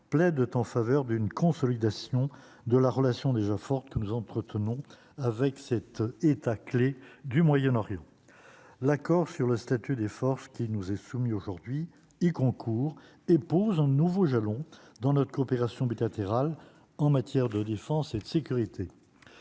plaident t'en faveur d'une consolidation de la relation déjà forte que nous entretenons avec cet État clé du Moyen-Orient, l'accord sur le statut des forces qui nous est soumis aujourd'hui il concourt épouse un nouveau jalon dans notre coopération bilatérale en matière de défense et de sécurité